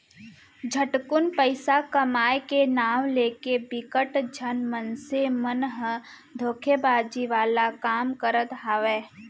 झटकुन पइसा कमाए के नांव लेके बिकट झन मनसे मन ह धोखेबाजी वाला काम करत हावय